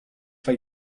bei